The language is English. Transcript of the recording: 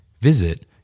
Visit